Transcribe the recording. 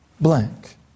blank